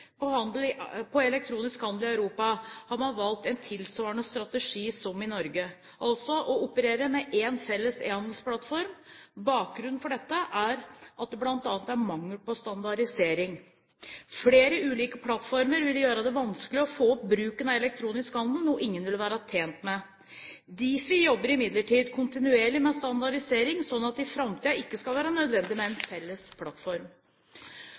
på elektronisk handel i Europa, har man valgt en tilsvarende strategi som i Norge, altså å operere med en felles e-handelsplattform. Bakgrunnen for dette er at det bl.a. er mangel på standardisering. Flere ulike plattformer vil gjøre det vanskelig å få opp bruken av elektronisk handel, noe ingen vil være tjent med. Difi jobber imidlertid kontinuerlig med standardisering, slik at det i framtiden ikke skal være nødvendig med en felles plattform.